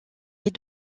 les